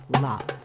love